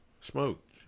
Smoke